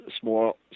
small